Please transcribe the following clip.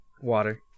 water